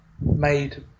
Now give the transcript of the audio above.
made